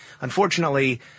Unfortunately